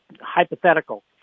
hypothetical